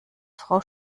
frau